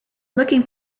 looking